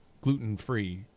gluten-free